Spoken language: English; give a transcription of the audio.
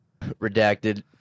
redacted